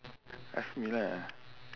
ask me lah